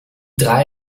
drei